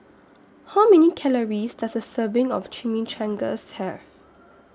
How Many Calories Does A Serving of Chimichangas Have